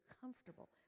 comfortable